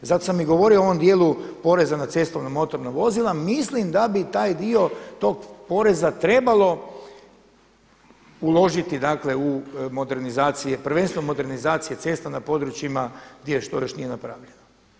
Zato sam i govorio o onom dijelu poreza na cestovna motorna vozila, mislim da bi taj dio tog poreza trebalo uložiti u modernizacije, prvenstveno modernizacije cesta na područjima gdje što još nije napravljeno.